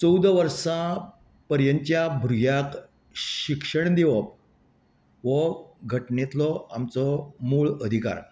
चोवदा वर्सा पर्यंतच्या भुरग्याक शिक्षण दिवप हो घटणेंतलो आमचो मूळ अधिकार